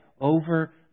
over